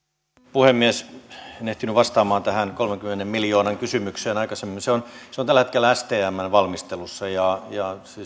puhemies en ehtinyt vastaamaan tähän kolmenkymmenen miljoonan kysymykseen aikaisemmin se on tällä hetkellä stmn valmistelussa ja ja